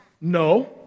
no